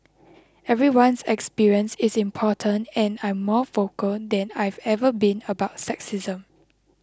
everyone's experience is important and I'm more vocal than I've ever been about sexism